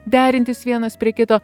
derintis vienas prie kito